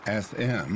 SM